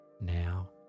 now